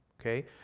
Okay